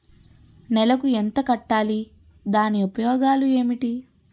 నెలకు ఎంత కట్టాలి? దాని ఉపయోగాలు ఏమిటి?